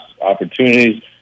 opportunities